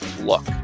look